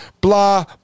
Blah